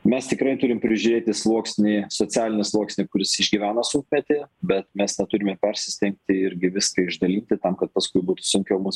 mes tikrai turim prižiūrėti sluoksnį socialinį sluoksnį kuris išgyvena sunkmetį bet mes neturime persistengti irgi viską išdalyti tam kad paskui būtų sunkiau mus